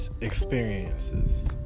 experiences